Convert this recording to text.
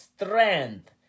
strength